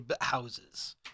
houses